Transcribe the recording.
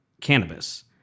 cannabis